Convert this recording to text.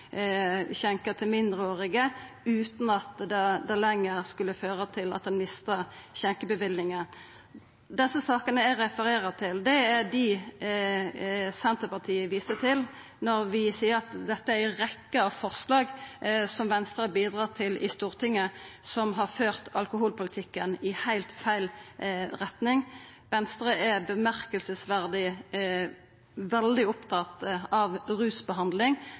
skjenka til mindreårige, utan at det lenger skulle føra til at ein mista skjenkebevillinga. Dei sakene eg refererer til, er dei Senterpartiet viser til når vi seier at dette er ei rekkje forslag som Venstre har bidrege til i Stortinget, som har ført alkoholpolitikken i heilt feil retning. Venstre er, overraskande, veldig opptatt av rusbehandling,